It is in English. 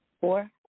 four